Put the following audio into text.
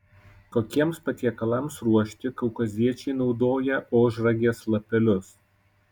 kokiems patiekalams ruošti kaukaziečiai naudoja ožragės lapelius